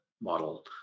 model